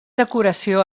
decoració